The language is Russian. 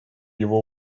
его